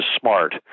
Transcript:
smart